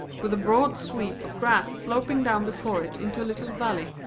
with a broad sweep of grass sloping down before it into a little valley,